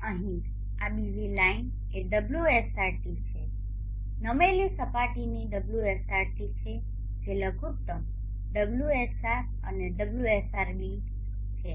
અને અહીં આ બીજી લાઇન એ ωsrt છે નમેલી સપાટીની ωsrt છે જે લઘુત્તમ ωsr અને ωsrß છે